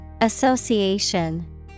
Association